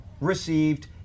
received